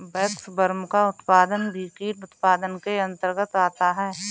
waxworm का उत्पादन भी कीट उत्पादन के अंतर्गत आता है